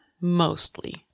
mostly